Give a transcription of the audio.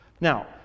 Now